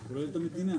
זה כולל את עובדי המדינה.